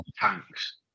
tanks